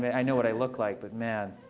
but i know what i look like. but, man.